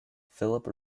philip